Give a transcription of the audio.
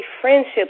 friendships